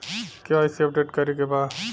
KYC update करे के बा?